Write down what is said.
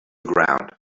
ground